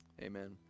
Amen